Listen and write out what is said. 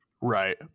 right